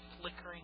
flickering